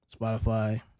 Spotify